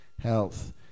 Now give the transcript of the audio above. health